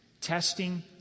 Testing